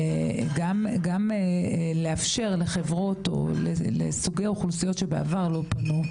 גם לאפשר לחברות או לסוגי אוכלוסיות שבעבר לא פנו,